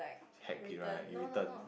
heck it right